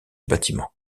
bâtiment